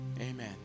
Amen